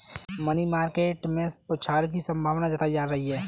money market में उछाल की संभावना जताई जा रही है